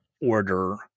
order